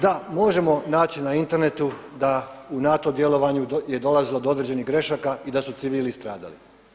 Da, možemo naći na internetu da u NATO djelovanju je dolazilo do određenih grešaka i da su civili stradali.